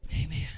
amen